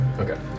Okay